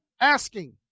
asking